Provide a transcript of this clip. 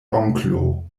onklo